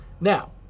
now